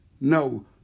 no